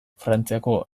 frantziako